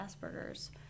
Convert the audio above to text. Asperger's